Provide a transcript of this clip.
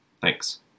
Thanks